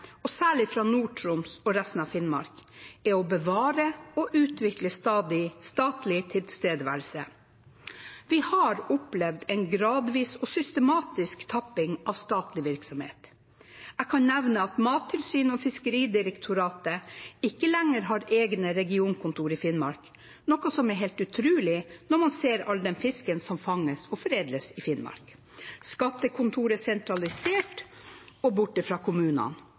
og særlig i Nord-Troms og resten av Finnmark, er å bevare og utvikle statlig tilstedeværelse. Vi har opplevd en gradvis og systematisk tapping av statlig virksomhet. Jeg kan nevne at Mattilsynet og Fiskeridirektoratet ikke lenger har egne regionkontor i Finnmark, noe som er helt utrolig når man ser all den fisken som fanges og foredles i Finnmark. Skattekontor er sentralisert og borte fra kommunene.